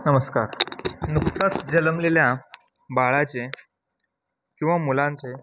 नमस्कार नुकताच जन्मलेल्या बाळाचे किंवा मुलांचे